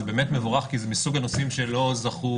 זה באמת מבורך כי זה מסוג הנושאים שלא זכו